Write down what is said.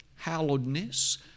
hallowedness